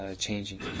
changing